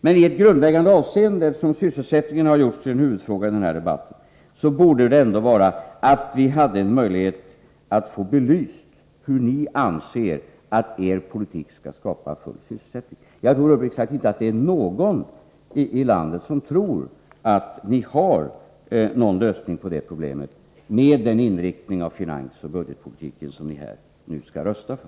Men jag tror det skulle bidra ännu mer till klarheten om vi hade en möjlighet att få belyst hur ni anser att er politik skall skapa full sysselsättning — jag säger detta eftersom sysselsättningen har gjorts till en huvudfråga i den här debatten. Jag tror uppriktigt sagt inte att det är någon i landet som tror att ni har någon lösning på det problemet, med den inriktning av finansoch budgetpolitiken som ni här nu skall rösta för.